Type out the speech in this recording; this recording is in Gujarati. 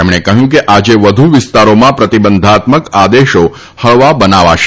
તેમણે કહ્યું કે આજે વધુ વિસ્તારોમાંથી પ્રતિબંધાત્મક આદેશો હળવા બનાવાશે